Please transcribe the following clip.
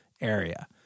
area